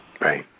Right